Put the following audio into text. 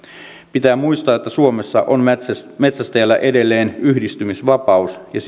pitää muistaa että suomessa on metsästäjällä edelleen yhdistymisvapaus ja